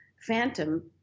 Phantom